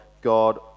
God